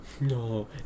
No